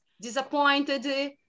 disappointed